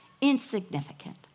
insignificant